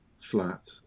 flat